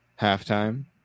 halftime